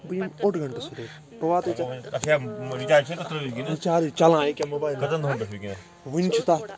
پتہٕ کٔر مےٚ کٲم سُہ ٲس تھوڑا اصٕل